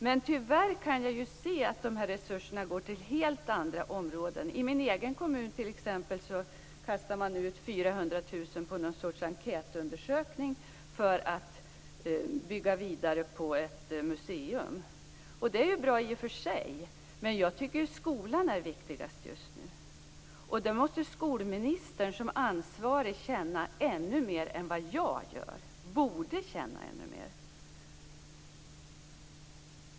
Men tyvärr kan jag ju se att de här resurserna går till helt andra områden. I min egen kommun kastar man t.ex. ut 400 000 på någon sorts enkätundersökning för att bygga vidare på ett museum. Det är ju bra i och för sig. Men jag tycker att skolan är viktigast just nu. Och det måste skolministern som ansvarig känna ännu mer än vad jag gör - det borde hon.